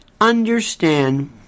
understand